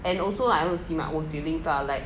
and also I want to see my own feelings lah like